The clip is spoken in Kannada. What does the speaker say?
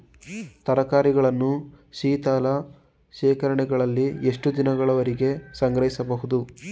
ತರಕಾರಿಗಳನ್ನು ಶೀತಲ ಶೇಖರಣೆಗಳಲ್ಲಿ ಎಷ್ಟು ದಿನಗಳವರೆಗೆ ಸಂಗ್ರಹಿಸಬಹುದು?